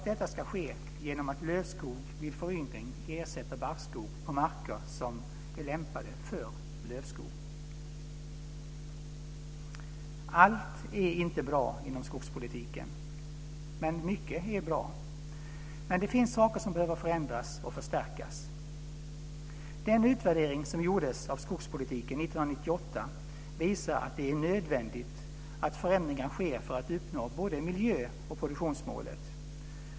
Detta ska ske genom att lövskog vid föryngring ersätter barrskog på marker som är lämpade för lövskog. Allt är inte bra inom skogspolitiken, men mycket är bra. Det finns saker som behöver förändras och förstärkas. Den utvärdering som gjordes av skogspolitiken 1998 visar att det är nödvändigt att förändringar sker för att uppnå både miljö och produktionsmålet.